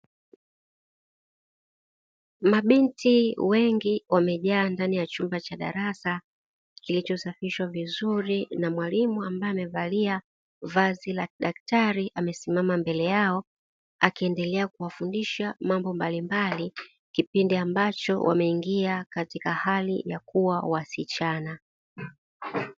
Mabinti wengi wamejaa ndani ya chumba cha darasa, kilichosafishwa vizuri na mwalimu, ambaye amevalia vazi la daktari, amesimama mbele yao akiendelea kuwafundisha mambo mbalimbali, kipindi ambacho wameingia katika hali ya kuwa wasichana.